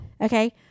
Okay